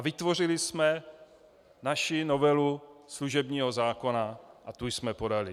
Vytvořili jsme naši novelu služebního zákona a tu jsme podali.